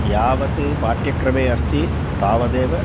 यावत् पाठ्यक्रमे अस्ति तावदेव